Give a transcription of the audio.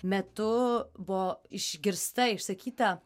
metu buvo išgirsta išsakyta